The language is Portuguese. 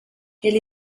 ele